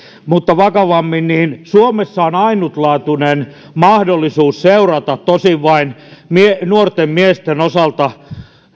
mutta vakavammin suomessa on ainutlaatuinen mahdollisuus seurata tosin vain nuorten miesten osalta